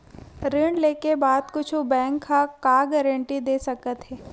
ऋण लेके बाद कुछु बैंक ह का गारेंटी दे सकत हे?